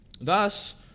Thus